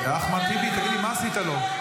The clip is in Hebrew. אחמד טיבי, תגיד לי, מה עשית לו?